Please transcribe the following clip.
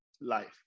life